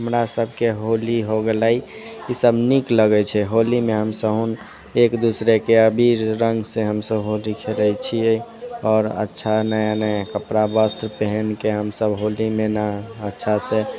हमरा सबके होली हो गेलै ई सब नीक लगै छै होलीमे हमसुन एक दोसराके अबीर रङ्गसँ हमसब होली खेलै छियै आओर अच्छा नया नया कपड़ा वस्त्र पहनके हमसब होलीमे ने अच्छासँ